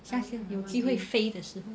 下次有机会飞的时后